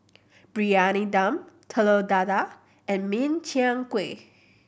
Briyani Dum Telur Dadah and Min Chiang Kueh